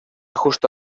justo